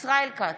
ישראל כץ,